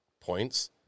points